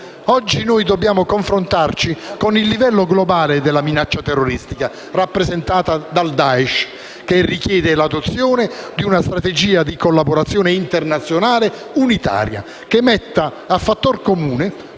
Oggi dobbiamo confrontarci con il livello globale della minaccia terroristica, rappresentata dal Daesh, che richiede l'adozione di una strategia di collaborazione internazionale unitaria, che metta a fattor comune